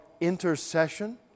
intercession